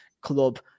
club